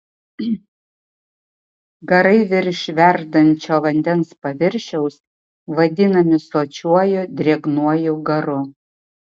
garai virš verdančio vandens paviršiaus vadinami sočiuoju drėgnuoju garu